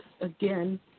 again